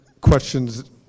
questions